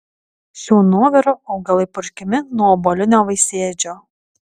šiuo nuoviru augalai purškiami nuo obuolinio vaisėdžio